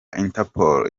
interpol